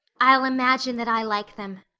i'll imagine that i like them,